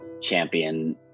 champion